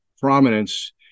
prominence